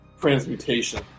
transmutation